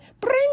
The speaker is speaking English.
bring